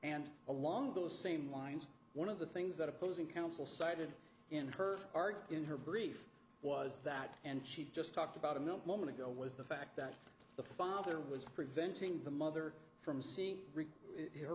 and along those same lines one of the things that opposing counsel cited in her argue in her brief was that and she just talked about a moment ago was the fact that the father was preventing the mother from seeing her